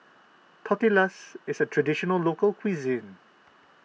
Tortillas is a Traditional Local Cuisine